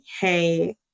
hey